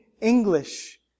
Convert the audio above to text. English